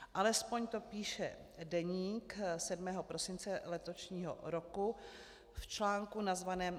Alespoň to píše Deník 7. prosince letošního roku v článku nazvaném